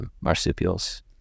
marsupials